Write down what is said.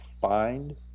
find